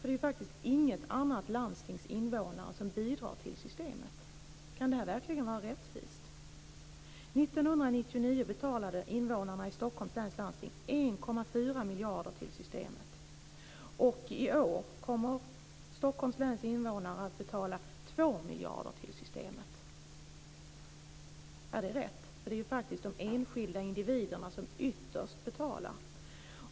Det är faktiskt inget annat landstings invånare som bidrar till systemet. Kan det verkligen vara rättvist? År 1999 betalade invånarna i Stockholms läns landsting 1,4 miljarder till systemet. I år kommer Stockholms läns invånare att betala 2 miljarder till systemet. Är det rätt? Det är faktiskt de enskilda individerna som ytterst betalar.